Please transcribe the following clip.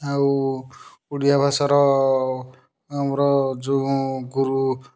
ଆଉ ଓଡ଼ିଆ ଭାଷାର ଆମର ଯେଉଁ ଗୁରୁ